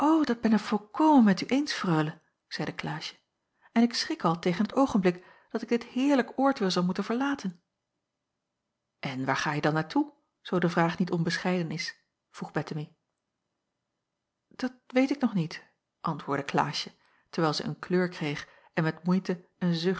dat ben ik volkomen met u eens freule zeide klaasje en ik schrik al tegen t oogenblik dat ik dit heerlijk oord weêr zal moeten verlaten en waar gaje dan naar toe zoo de vraag niet onbescheiden is vroeg bettemie dat weet ik nog niet antwoordde klaasje terwijl zij een kleur kreeg en met moeite een zucht